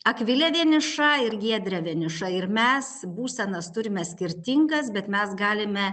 akvilė vieniša ir giedrė vieniša ir mes būsenas turime skirtingas bet mes galime